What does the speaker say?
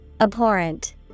Abhorrent